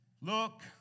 look